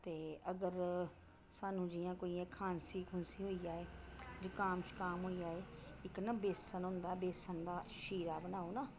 ते अगर सानूं जियां कोई एह् खांसी खुंसी होई जाए जकाम छकाम होई जाए इक नां बेसन होंदा बेसन दा छीरा बनाओ ना